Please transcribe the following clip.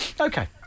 Okay